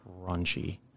crunchy